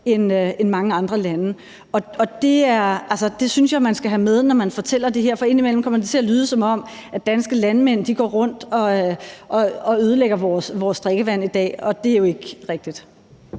end i mange andre lande. Og det synes jeg man skal have med, når man fortæller det her. For indimellem kommer det til at lyde, som om danske landmand går rundt og ødelægger vores drikkevand i dag, og det er jo ikke rigtigt.